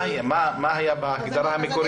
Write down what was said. מה היה בהגדרה המקורית?